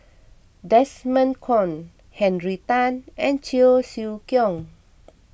Desmond Kon Henry Tan and Cheong Siew Keong